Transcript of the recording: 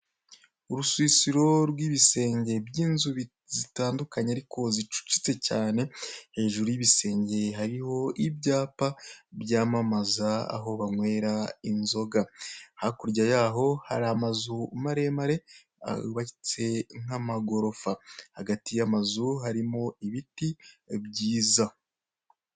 Urusisiro rw'ibisenge by'inzu zitandukanye ariko zicucitse cyane, hejuru y'ibisenge hari ibyapa byamamaza ao banywera inzoga, hakurya y'aho hari amazu maremare yubatse nk'amagorofa, hagati y'amazu harimo ibiti byiza.